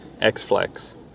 X-Flex